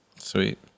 Sweet